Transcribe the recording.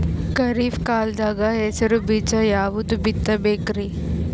ಖರೀಪ್ ಕಾಲದಾಗ ಹೆಸರು ಬೀಜ ಯಾವದು ಬಿತ್ ಬೇಕರಿ?